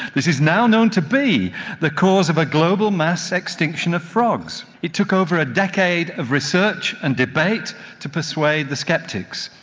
this is now known to be the cause of a global mass extinction of frogs. it took over a decade of research and debate to persuade the sceptics.